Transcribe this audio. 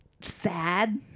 sad